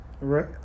Right